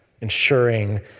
ensuring